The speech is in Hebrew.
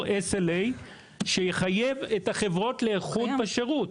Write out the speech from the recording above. SLA שיחייב את החברות לאיכות בשירות.